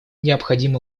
необходимо